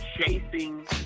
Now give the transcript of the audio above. chasing